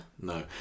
No